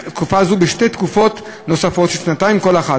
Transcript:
תקופה זו בשתי תקופות נוספות של שנתיים כל אחת.